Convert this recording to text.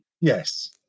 Yes